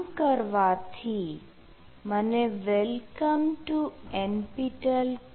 આમ કરવાથી મને "Welcome to NPTEL course on Cloud Computing